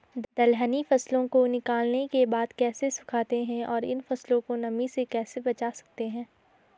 दलहनी फसलों को निकालने के बाद कैसे सुखाते हैं और इन फसलों को नमी से कैसे बचा सकते हैं?